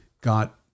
got